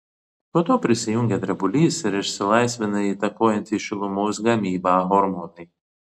po to prisijungia drebulys ir išsilaisvina įtakojantys šilumos gamybą hormonai